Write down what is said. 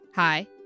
Hi